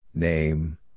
Name